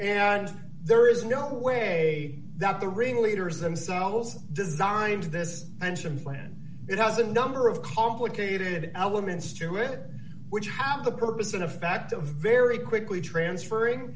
and there is no way that the ringleaders themselves designed to this answer when it has a number of complicated elements to it which have the purpose in effect a very quickly transferring